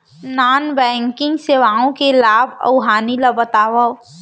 non banking सेवाओं के लाभ अऊ हानि ला बतावव